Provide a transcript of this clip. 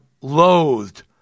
loathed